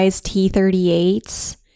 t-38s